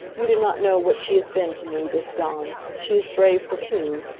you do not know what she has been to me, this dawn. she is brave for two.